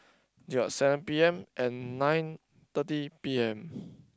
ya seven P_M and nine thirty P_M